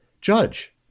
judge